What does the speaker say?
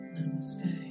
Namaste